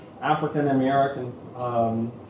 African-American